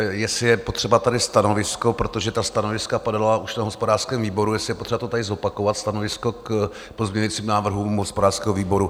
Jestli je potřeba tady stanovisko, protože ta stanoviska padala už na hospodářském výboru, jestli je potřeba to tady zopakovat stanovisko k pozměňovacím návrhům hospodářského výboru?